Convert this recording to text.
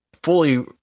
fully